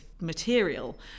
material